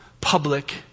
public